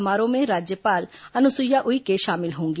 समारोह में राज्यपाल अनुसुईया उइके शामिल होंगी